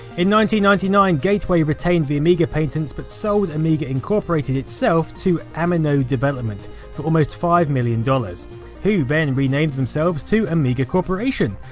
and ninety ninety nine gateway retained the amiga patents but sold amiga incoporated itself to amino development for almost five million dollars who renamed themselves to amiga corporation,